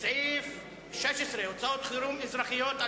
לסעיף 15 אין הסתייגויות,